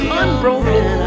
unbroken